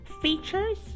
features